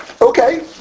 Okay